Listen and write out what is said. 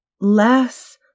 less